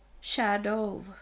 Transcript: shadow